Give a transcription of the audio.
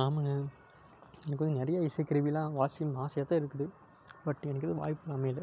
ஆமாங்க எனக்கு வந்து நிறைய இசைக் கருவிலாம் வாசிக்கணும்னு ஆசையாக தான் இருக்குது பட் எனக்கு வந்து வாய்ப்பு அமையல